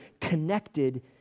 connected